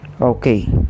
okay